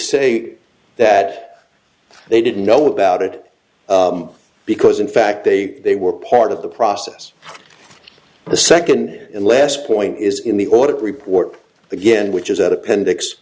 say that they didn't know about it because in fact they they were part of the process the second unless point is in the audit report again which is at appendix